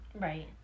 Right